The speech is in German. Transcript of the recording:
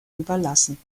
überlassen